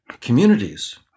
communities